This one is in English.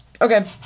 Okay